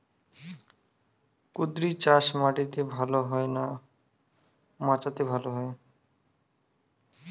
কুঁদরি চাষ মাটিতে ভালো হয় না মাচাতে ভালো হয়?